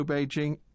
Beijing